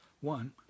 One